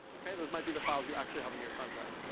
ok? those might be the files you actually have on your thumb drive.